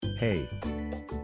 Hey